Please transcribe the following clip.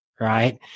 right